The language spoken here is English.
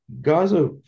Gaza